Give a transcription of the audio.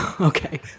Okay